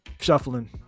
shuffling